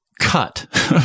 cut